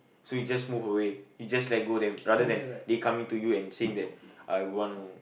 so you just move away you just let go then rather than they coming to you and saying that I want